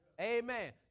Amen